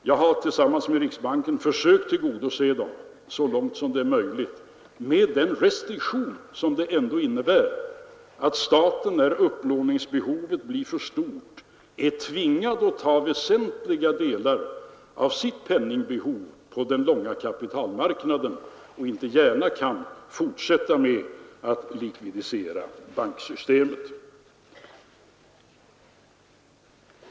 Jag har tillsammans med riksbanken försökt tillgodose dem så långt som möjligt med den restriktion det ändå innebär att staten, när upplåningsbehovet blir för stort, är tvingad att ta väsentliga delar av sitt penningbehov på den långa kapitalmarknaden och inte gärna kan fortsätta att likvidisera banksystemet.